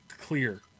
Clear